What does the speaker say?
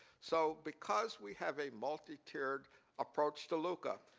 so because we have a multi tiered approach to luca,